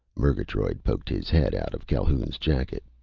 murgatroyd poked his head out of calhoun's jacket.